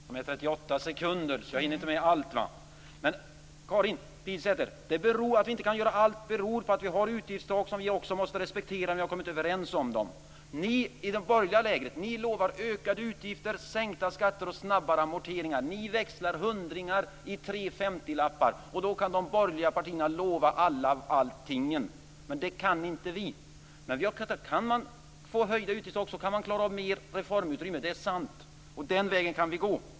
Fru talman! Jag har 38 sekunders talartid kvar, så jag hinner inte med allt. Karin Pilsäter, att vi inte kan göra allt beror på att vi har utgiftstak som vi också måste respektera när vi har kommit överens om dem. Ni i det borgerliga lägret lovar ökade utgifter, sänkta skatter och snabbare amorteringar. Ni växlar hundringar i tre femtilappar, och då kan de borgerliga partierna lova alla allting. Men det kan inte vi. Men om man kan höja utgiftstaken så kan man få ett större reformutrymme. Det är sant. Och den vägen kan vi gå.